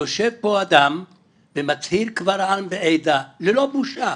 יושב פה אדם ומצהיר קבל עם ועדה, ללא בושה,